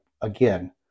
again